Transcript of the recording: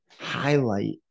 highlight